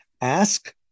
ask